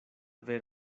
ver